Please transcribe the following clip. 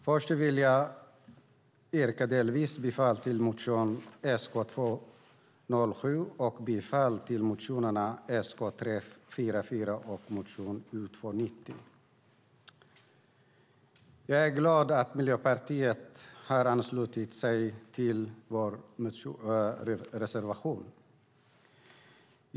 Herr talman! Jag är glad att Miljöpartiet har anslutit sig till vår reservation.